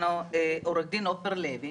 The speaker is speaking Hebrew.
עו"ד עופר לוי